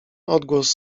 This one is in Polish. odgłos